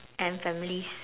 and families